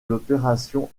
l’opération